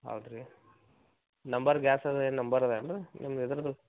ಹೌದಾ ರೀ number gas ಅದ ನಂಬರ್ ಅದ ಏನು ರೀ ನಿಮ್ದು ಇದರದು